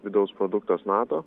vidaus produktas nato